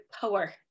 power